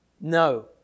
No